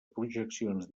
projeccions